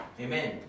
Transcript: Amen